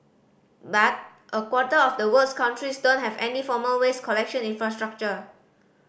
but a quarter of the world's countries don't have any formal waste collection infrastructure